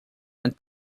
and